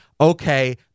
okay